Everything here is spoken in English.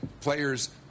players